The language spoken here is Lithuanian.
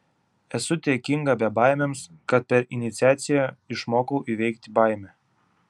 esu dėkinga bebaimiams kad per iniciaciją išmokau įveikti baimę